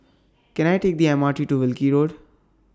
Can I Take The M R T to Wilkie Road